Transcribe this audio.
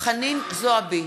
חנין זועבי,